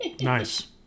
Nice